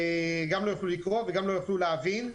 וגם לא יוכלו לקרוא וגם לא יוכלו להבין,